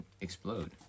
explode